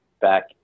back